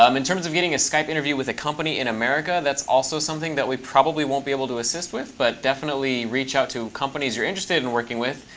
um in terms of getting a skype interview with a company in america, that's also something that we probably won't be able to assist with, but definitely reach out to companies you're interested in working with.